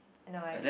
no I didn't